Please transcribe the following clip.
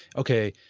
okay,